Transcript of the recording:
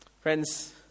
Friends